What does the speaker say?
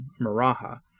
maraha